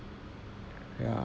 ya